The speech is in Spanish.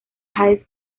high